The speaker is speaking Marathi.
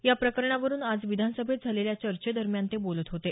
या प्रकरणावरून आज विधानसभेत झालेल्या चर्चेदरम्यान ते बोलत होते